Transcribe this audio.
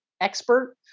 expert